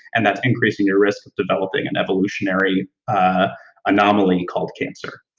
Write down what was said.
and that's increasing your risk of developing an evolutionary anomaly called cancer.